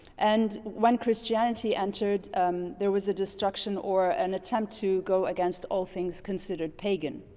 and when christianity entered there was a destruction or an attempt to go against all things considered pagan.